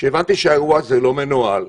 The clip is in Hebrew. כשהבנתי שהאירוע הזה לא מנוהל,